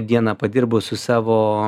dieną padirbu su savo